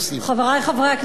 חברי חברי הכנסת,